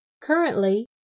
currently